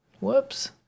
Whoops